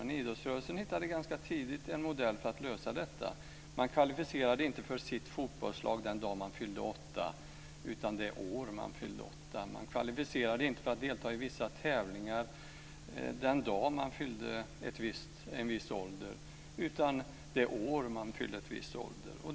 Men idrottsrörelsen hittade ganska tidigt en modell för att lösa detta. Man kvalificerade inte för sitt fotbollslag den dag man fyllde åtta år, utan det år man fyllde åtta. Man kvalificerade inte för att delta i vissa tävlingar den dag man nådde en viss ålder, utan det år man kom upp i en viss ålder.